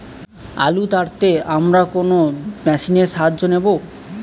আলু তাড়তে আমরা কোন মেশিনের সাহায্য নেব?